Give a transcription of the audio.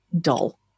dull